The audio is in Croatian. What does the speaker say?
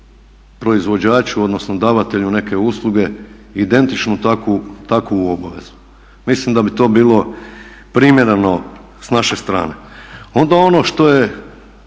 proizvođaču odnosno davatelju neke usluge identičnu takvu obavezu. Mislim da bi to bilo primjereno s naše strane. Onda ono što je